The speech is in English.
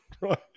Right